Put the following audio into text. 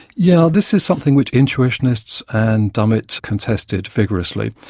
yes, this is something which intuitionists and dummett contested vigorously.